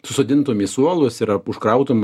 susodintum į suolus ir užkrautum